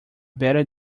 better